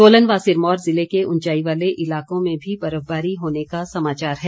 सोलन व सिरमौर ज़िले के ऊंचाई वाले इलाकों में भी बर्फबारी होने का समाचार है